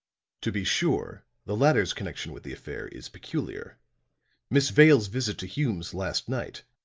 to be sure, the latter's connection with the affair is peculiar miss vale's visit to hume's last night,